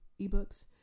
ebooks